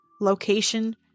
location